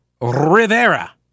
Rivera